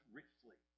richly